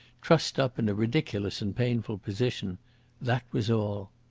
trussed up in a ridiculous and painful position that was all.